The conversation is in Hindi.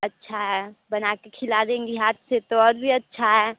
अच्छा है बना कर खिला देंगी हाथ से तो और भी अच्छा है